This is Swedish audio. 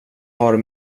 har